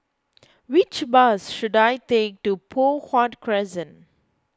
which bus should I take to Poh Huat Crescent